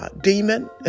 Demon